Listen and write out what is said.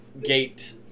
gate